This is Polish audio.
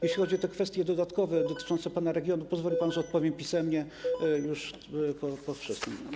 Jeśli chodzi o kwestie dodatkowe dotyczące pana regionu, pozwoli pan, że odpowiem pisemnie już po wszystkim.